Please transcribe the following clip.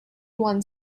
one